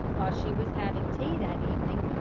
while she was having tea that evening,